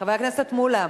חבר הכנסת מולה